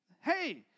hey